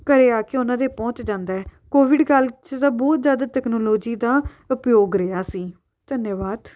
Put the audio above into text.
ਘਰ ਆ ਕੇ ਉਹਨਾਂ ਦੇ ਪਹੁੰਚ ਜਾਂਦਾ ਹੈ ਕੋਵਿਡ ਕਾਲ 'ਚ ਤਾਂ ਬਹੁਤ ਜ਼ਿਆਦਾ ਤੈਕਨਾਲੋਜੀ ਦਾ ਉਪਯੋਗ ਰਿਹਾ ਸੀ ਧੰਨਵਾਦ